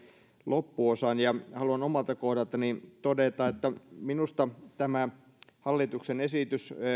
loppuosan ja haluan omalta kohdaltani todeta että minusta tämä hallituksen esitys